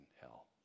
hell